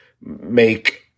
make